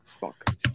Fuck